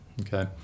Okay